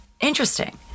Interesting